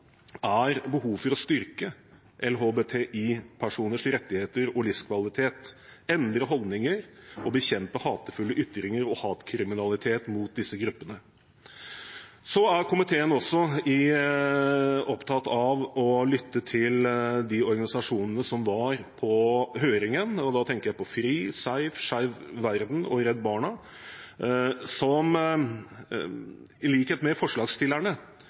er behov for å styrke LHBTI-personers rettigheter og livskvalitet, endre holdninger og bekjempe hatefulle ytringer og hatkriminalitet mot disse gruppene. Så er komiteen også opptatt av å lytte til de organisasjonene som var på høringen. Da tenker jeg på FRI, SEIF, Skeiv Verden og Redd Barna, som i likhet med forslagsstillerne